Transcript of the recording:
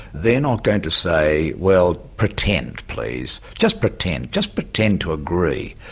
they're not going to say, well pretend, please, just pretend just pretend to agree,